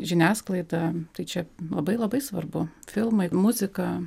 žiniasklaida tai čia labai labai svarbu filmai muzika